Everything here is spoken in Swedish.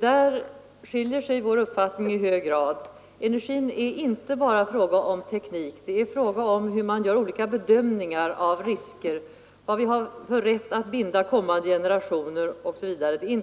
Där skiljer sig våra uppfattningar i hög grad. Energin är inte bara en fråga om teknik, det är också fråga om hur man gör olika bedömningar av risker, vad vi har för rätt att binda kommande generationer osv.